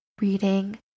reading